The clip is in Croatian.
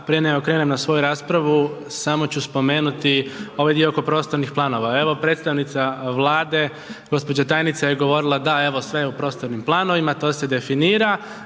prije nego krenem na svoju raspravu, samo ću spomenuti ovaj dio oko prostornih planova. Evo predstavnica Vlade, gđa. tajnica je govorila, da evo sve je u prostornim planovima, to se definira